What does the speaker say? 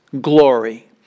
glory